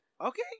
Okay